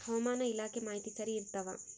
ಹವಾಮಾನ ಇಲಾಖೆ ಮಾಹಿತಿ ಸರಿ ಇರ್ತವ?